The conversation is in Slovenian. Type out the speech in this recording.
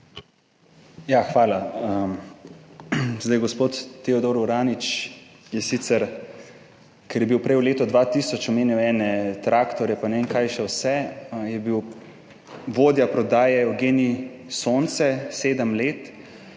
hvala. Zdaj gospod Teodor Uranič je sicer, ker je bil prej v letu 2000 omenil ene traktorje pa ne vem kaj še vse, je bil vodja prodaje v GEN-I Sonce 7 let,